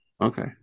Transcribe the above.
Okay